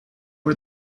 are